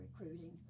recruiting